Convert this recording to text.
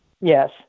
Yes